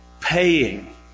paying